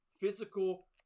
physical